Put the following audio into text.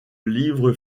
livre